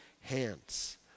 hands